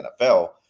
NFL